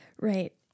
Right